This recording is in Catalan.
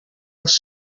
els